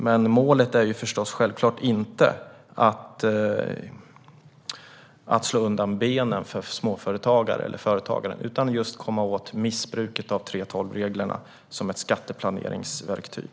Målet är förstås inte att slå undan benen för småföretagare, eller företagare överlag, utan att komma åt missbruket av 3:12-reglerna som ett skatteplaneringsverktyg.